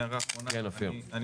אופיר כץ, בבקשה.